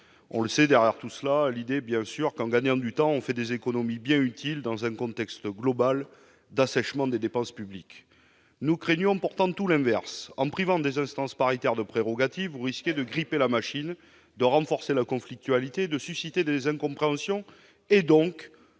On le sait, derrière cet argument, on retrouve l'idée que, en gagnant du temps, on fait des économies bien utiles dans un contexte global d'assèchement des finances publiques. Nous craignons pourtant tout l'inverse. En privant des instances paritaires de prérogatives, vous risquez de gripper la machine, de renforcer la conflictualité, de susciter les incompréhensions et donc,